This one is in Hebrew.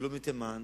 ולא מתימן,